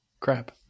Crap